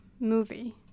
movie